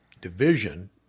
Division